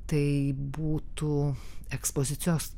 tai būtų ekspozicijos